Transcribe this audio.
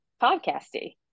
podcasty